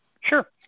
Sure